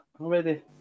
already